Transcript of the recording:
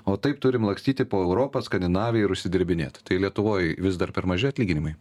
o taip turim lakstyti po europą skandinaviją ir užsidirbinėt tai lietuvoj vis dar per maži atlyginimai